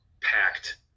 packed